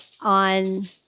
on